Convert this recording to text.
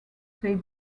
said